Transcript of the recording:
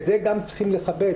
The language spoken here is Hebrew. את זה גם צריכים לכבד.